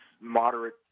moderate